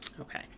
Okay